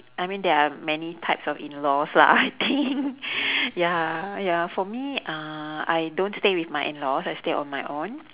I mean there are many types of in laws lah I think ya ya for me uh I don't stay with my in laws I stay on my own